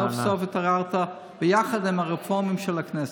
סוף-סוף התעוררת ביחד עם הרפורמים של הכנסת.